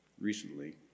recently